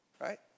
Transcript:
right